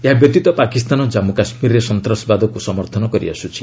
ଏହାବ୍ୟତୀତ ପାକିସ୍ତାନ ଜନ୍ମୁ କାଶ୍ମୀରରେ ସନ୍ତାସବାଦକୁ ସମର୍ଥନ କରିଆସୁଛି